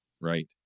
right